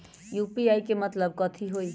UPI के मतलब कथी होई?